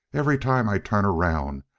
every time i turn around,